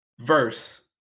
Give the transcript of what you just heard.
verse